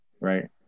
right